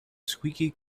squeaky